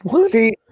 See